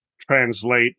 translate